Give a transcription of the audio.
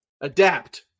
Adapt